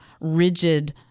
rigid